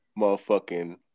motherfucking